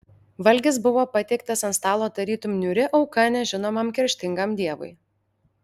valgis buvo patiektas ant stalo tarytum niūri auka nežinomam kerštingam dievui